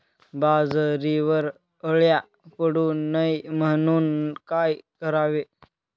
बाजरीवर अळ्या पडू नये म्हणून काय करावे?